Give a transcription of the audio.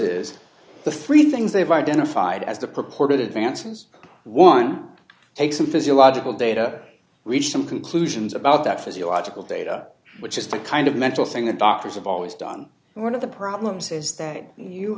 is the three things they've identified as the purported advances one take some physiological data reach some conclusions about that physiological data which is the kind of mental thing that doctors have always done and one of the problems is that you